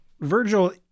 Virgil